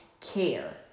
care